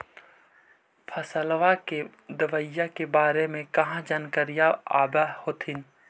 फसलबा के दबायें के बारे मे कहा जानकारीया आब होतीन?